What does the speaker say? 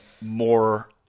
more